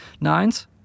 Nines